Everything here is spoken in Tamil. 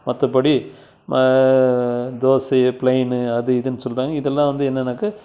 மற்றபடி ம தோசையை பிளைன்னு அது இதுன்னு சொல்லுறாங்க இதெல்லாம் வந்து என்னென்னாக்கா